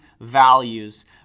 values